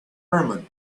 herman